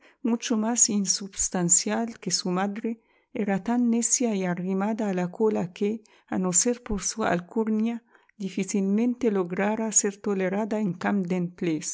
mucho más insubstancial que su madre era tan necia y arrimada a la cola que a no ser por su alcurnia difícilmente lograra ser tolerada en